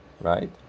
Right